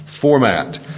format